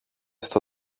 στο